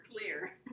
clear